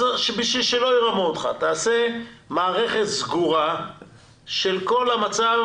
אז בשביל שלא ירמו אותך תעשה מערכת סגורה של כל המצב